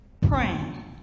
praying